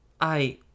I